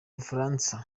bufaransa